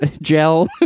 gel